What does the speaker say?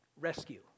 rescue